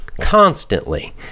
constantly